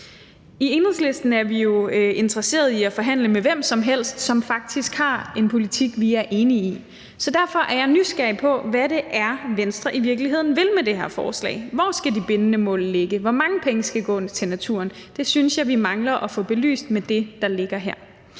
I Enhedslisten er vi jo interesserede i at forhandle med hvem som helst det, som har en politik, vi er enige i, så derfor er jeg nysgerrig, med hensyn til hvad det er Venstre i virkeligheden vil med det her forslag. Hvor skal de bindende mål ligge? Hvor mange penge skal gå til naturen? Det synes jeg vi mangler at få belyst med det, der ligger her.